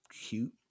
cute